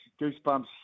goosebumps